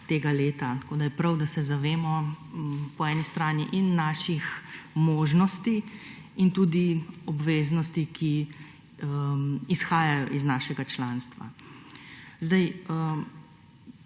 leta. Prav je, da se zavemo po eni strani naših možnosti in tudi obveznosti, ki izhajajo iz našega članstva.